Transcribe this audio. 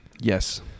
Yes